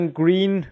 green